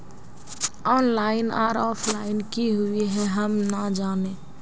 Online आर offline की हुई है हम ना जाने?